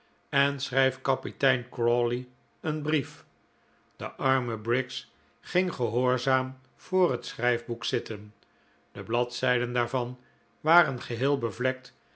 en schrijf kapitein crawley een brief de arme briggs ging gehoorzaam voor het schrijfboek zitten de bladzijden daarvan waren geheel bevlekt